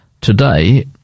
today